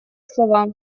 слова